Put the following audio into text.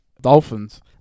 Dolphins